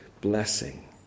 blessing